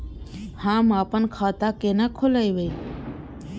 हम आपन खाता केना खोलेबे?